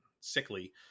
sickly